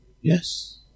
Yes